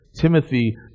Timothy